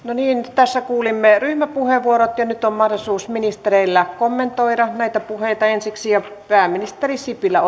tässä kuulimme ryhmäpuheenvuorot ja nyt on mahdollisuus ministereillä kommentoida näitä puheita ensiksi pääministeri sipilä